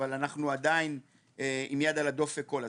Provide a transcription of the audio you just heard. אבל אנחנו עדיין עם יד על הדופק כל הזמן.